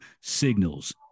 Signals